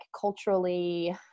culturally